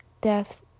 death